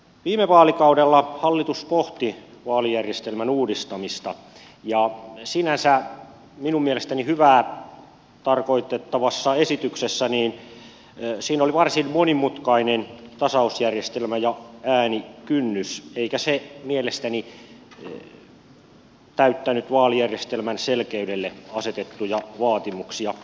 viime vaalikaudella hallitus pohti vaalijärjestelmän uudistamista ja minun mielestäni sinänsä hyvää tarkoittavassa esityksessä oli varsin monimutkainen tasausjärjestelmä ja äänikynnys eikä se mielestäni täyttänyt vaalijärjestelmän selkeydelle asetettuja vaatimuksia